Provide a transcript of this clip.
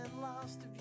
lost